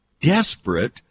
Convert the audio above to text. Desperate